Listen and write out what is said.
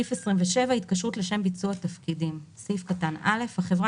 "התקשרות לשם ביצוע תפקידים 27. (א)החברה